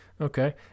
Okay